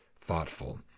thoughtful